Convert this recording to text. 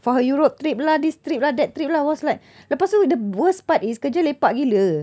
for her europe trip lah this trip lah that trip lah I was like lepas tu the worst part is kerja lepak gila